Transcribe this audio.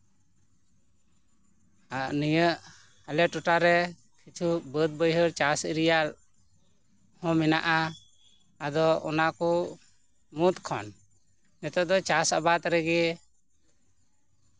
ᱮᱸᱜ ᱱᱤᱭᱟᱹ ᱟᱞᱮ ᱴᱚᱴᱷᱟ ᱨᱮ ᱠᱤᱪᱷᱩ ᱵᱟᱹᱫ ᱵᱟᱹᱭᱦᱟᱹᱲ ᱪᱟᱥ ᱮᱨᱤᱭᱟ ᱦᱚᱸ ᱢᱮᱱᱟᱜᱼᱟ ᱟᱫᱚ ᱚᱱᱟ ᱠᱚ ᱢᱩᱫᱽ ᱠᱷᱚᱱ ᱱᱤᱛᱳᱜ ᱫᱚ ᱪᱟᱥ ᱟᱵᱟᱫ ᱨᱮᱜᱮ